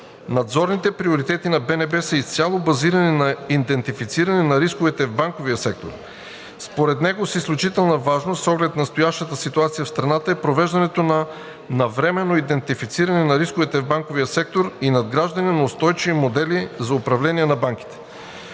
Надзорните приоритети на БНБ са изцяло базирани на идентифициране на рисковете в банковия сектор. Според него от изключителна важност с оглед настоящата ситуация в страната е провеждането на навременно идентифициране на рисковете в банковия сектор и надграждане на устойчиви модели за управлението на банките.